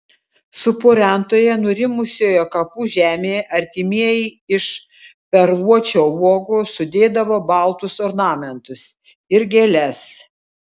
supurentoje nurimusioje kapų žemėje artimieji iš perluočio uogų sudėdavo baltus ornamentus ir gėles